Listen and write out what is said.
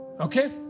Okay